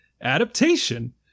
Adaptation